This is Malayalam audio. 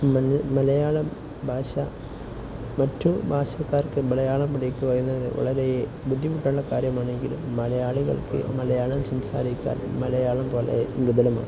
മലയാളം ഭാഷ മറ്റു ഭാഷക്കാർക്ക് മലയാളം പഠിക്കുവാന് വളരെ ബുദ്ധിമുട്ടുള്ള കാര്യമാണെങ്കിലും മലയാളികൾക്ക് മലയാളം സംസാരിക്കാൻ മലയാളം പോലെ ലളിതമാണ്